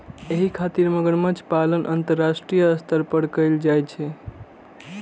एहि खातिर मगरमच्छ पालन अंतरराष्ट्रीय स्तर पर कैल जाइ छै